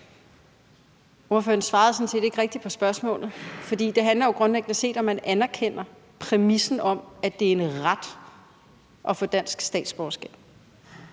Ordføreren svarede sådan set ikke rigtig på spørgsmålet, for det handler jo grundlæggende set om, om man anerkender præmissen om, at det er en ret at få dansk statsborgerskab.